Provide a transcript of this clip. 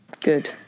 Good